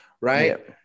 right